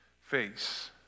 face